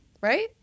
right